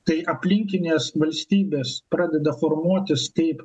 tai aplinkinės valstybės pradeda formuotis taip